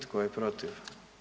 Tko je protiv?